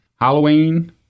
Halloween